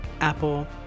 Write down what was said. apple